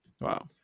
Wow